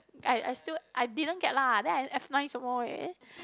I I still I didn't get lah then I F nine some more eh